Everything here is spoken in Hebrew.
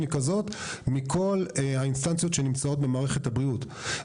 היא כזאת מכל האינסטנציות שנמצאות במערכת הבריאות.